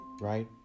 Right